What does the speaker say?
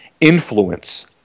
influence